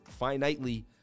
finitely